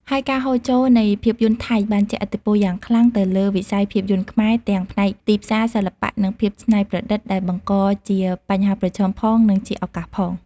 ហើយការហូរចូលនៃភាពយន្តថៃបានជះឥទ្ធិពលយ៉ាងខ្លាំងទៅលើវិស័យភាពយន្តខ្មែរ ទាំងផ្នែកទីផ្សារ សិល្បៈ និងភាពច្នៃប្រឌិត ដែលបង្កជាបញ្ហាប្រឈមផង និងជាឱកាសផង។